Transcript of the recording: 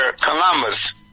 Columbus